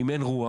אם אין רוח,